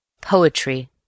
Poetry—